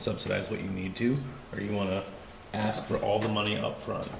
subsidize what you need to or you want to ask for all the money upfront